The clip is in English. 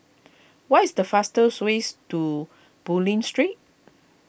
what is the fastest way to Bulim Street